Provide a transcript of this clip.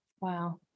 wow